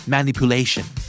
Manipulation